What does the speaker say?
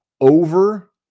over